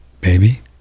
baby